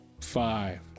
Five